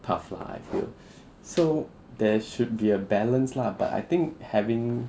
tough lah I feel so there should be a balance lah but I think having